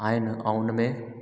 आहिनि ऐं हुन में